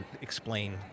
explain